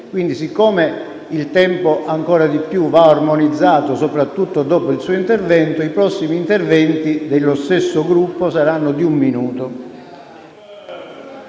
Quindi, poiché ora il tempo ancora di più va armonizzato, soprattutto dopo il suo intervento, i prossimi interventi dello stesso Gruppo saranno di un minuto.